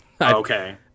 Okay